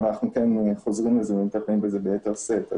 אבל אנחנו כן חוזרים לזה ומטפלים בזה ביתר שאת.